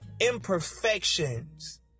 imperfections